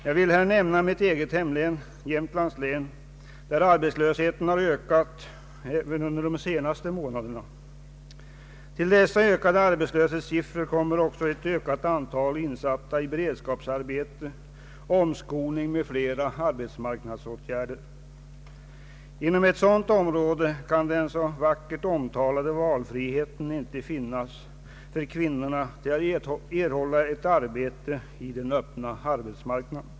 Jag vill här nämna mitt eget hemlän, Jämtlands län, där arbetslösheten har ökat även under de senaste månaderna. Till de ökade arbetslöshetssiffrorna kommer också ett ökat antal insatta i beredskapsarbete, omskolning m.fl. arbetsmarknadsåtgärder. Inom ett sådant område kan den så vackert omtalade valfriheten inte finnas för kvinnorna att erhålla ett arbete på den öppna arbetsmarknaden.